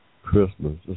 Christmas